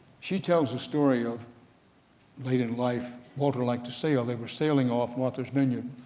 she tells the story of late in life walter liked to sail, they were sailing off martha's vineyard,